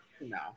no